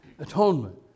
Atonement